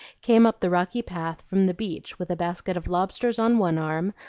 came up the rocky path from the beach with a basket of lobsters on one arm,